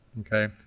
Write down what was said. Okay